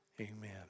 amen